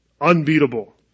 unbeatable